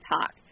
talk